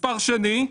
מספר שני,